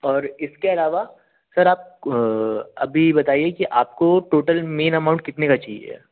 और इसके अलावा सर आप अभी बताइए कि आपको टोटल मेन अमाउंट कितने का चाहिए